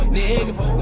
nigga